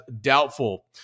doubtful